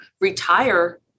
retire